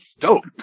dope